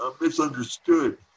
misunderstood